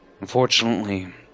Unfortunately